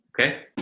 okay